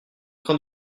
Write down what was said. train